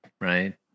right